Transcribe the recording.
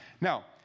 Now